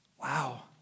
Wow